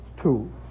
two